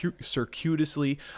circuitously